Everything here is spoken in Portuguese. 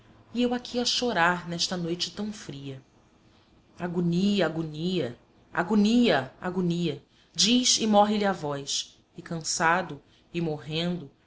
e eu aqui a chorar nesta noite tão fria agonia agonia agonia agonia diz e morre lhe a voz e cansado e morrendo